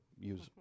use